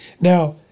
Now